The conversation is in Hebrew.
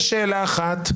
יש שאלה אחת,